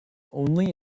only